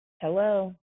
Hello